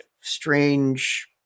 strange